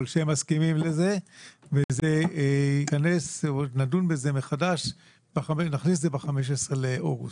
שהם מסכימים לזה ונדון בזה מחדש ב-15 באוגוסט.